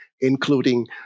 including